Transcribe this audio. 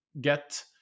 get